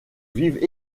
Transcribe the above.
vivent